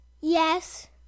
Yes